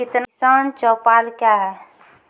किसान चौपाल क्या हैं?